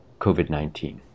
COVID-19